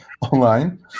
online